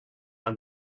and